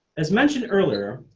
as mentioned earlier,